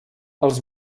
els